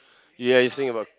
ya you saying about